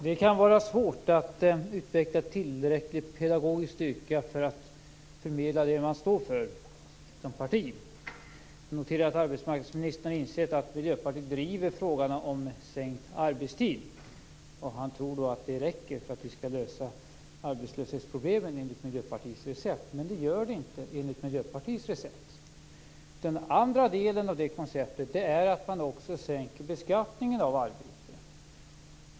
Herr talman! Det kan vara svårt att utveckla tillräcklig pedagogisk styrka för att förmedla det man står för som parti. Jag noterar att arbetsmarknadsministern insett att Miljöpartiet driver frågan om sänkt arbetstid. Han tror då att det räcker för att vi skall lösa arbetslöshetsproblemen enligt Miljöpartiets recept. Men det gör det inte, enligt Miljöpartiets recept. Den andra delen av det konceptet är att man också sänker beskattningen av arbete.